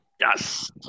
Yes